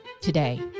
Today